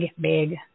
big